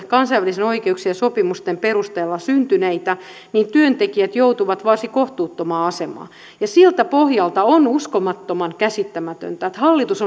kansainvälisten oikeuksien sopimusten perusteella syntyneitä niin työntekijät joutuvat varsin kohtuuttomaan asemaan siltä pohjalta on uskomattoman käsittämätöntä että hallitus